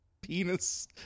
penis